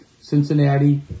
Cincinnati